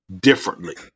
differently